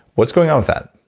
what's going on with that?